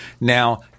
Now